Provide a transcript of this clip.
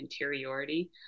interiority